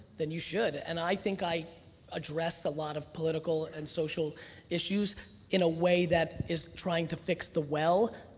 then you should. and i think i address a lot of political and social issues in a way that is trying to fix the well,